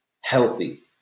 healthy